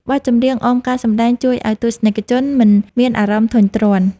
បទចម្រៀងអមការសម្ដែងជួយឱ្យទស្សនិកជនមិនមានអារម្មណ៍ធុញទ្រាន់។